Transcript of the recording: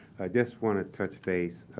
just want to touch base,